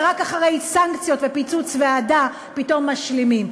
ורק אחרי סנקציות ופיצוץ ועדה פתאום משלימים?